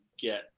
get